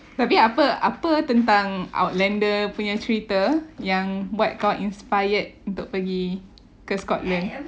tapi apa apa tentang outlander buat kau inspired untuk pergi ke scotland